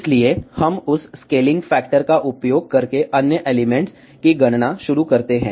इसलिए हम उस स्केलिंग फैक्टर का उपयोग करके अन्य एलिमेंट्स की गणना शुरू करते हैं